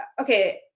okay